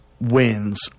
wins